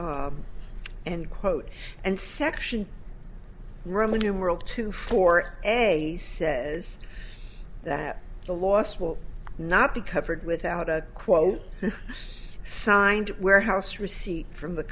end quote and section roman numeral two for a says that the loss will not be covered without a quote signed warehouse receipt from the